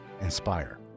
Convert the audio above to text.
inspire